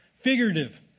Figurative